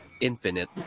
Infinite